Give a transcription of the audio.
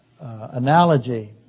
analogy